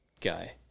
guy